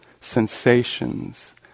sensations